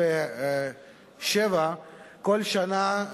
כל שנה,